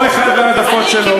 כל אחד וההעדפות שלו.